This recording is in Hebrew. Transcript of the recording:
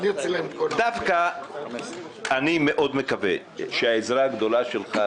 דווקא אני מקווה מאוד שהעזרה הגדולה שלך,